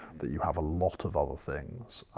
that you have a lot of other things.